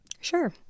Sure